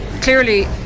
clearly